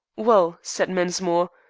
well, said mensmore,